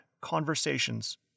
conversations